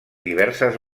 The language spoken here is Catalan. diverses